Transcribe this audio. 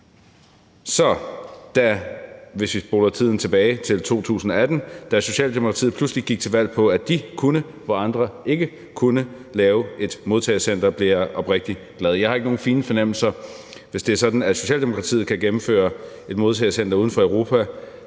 Rwanda. Hvis vi spoler tiden tilbage til 2018, da Socialdemokratiet pludselig gik til valg på, at de kunne lave et modtagecenter, hvor andre ikke kunne, blev jeg oprigtigt glad. Jeg har ikke nogen fine fornemmelser, for hvis det er sådan, at Socialdemokratiet kan gennemføre et modtagecenter uden for Europa,